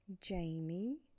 Jamie